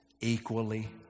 equally